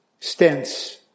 stents